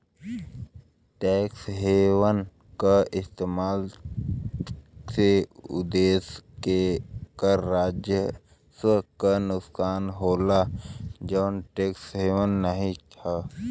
tax haven क इस्तेमाल से उ देश के कर राजस्व क नुकसान होला जौन टैक्स हेवन नाहीं हौ